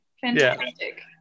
Fantastic